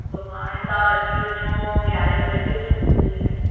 सुभाणे तव्हां अची वञिजो यारहें वॻे अची वञो सुबुह जे टाइम